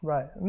Right